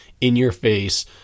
in-your-face